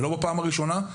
ולא בפעם הראשונה.